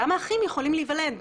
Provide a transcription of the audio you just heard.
גם אחים יכולים להיוולד.